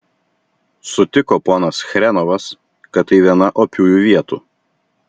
sutiko ponas chrenovas kad tai viena opiųjų vietų